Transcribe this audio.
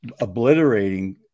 obliterating